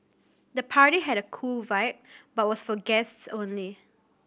the party had a cool vibe but was for guests only